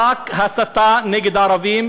רק הסתה נגד ערבים,